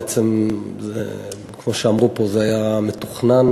בעצם, כמו שאמרו פה, זה היה מתוכנן.